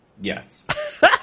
Yes